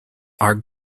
are